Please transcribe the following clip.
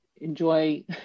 enjoy